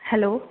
hello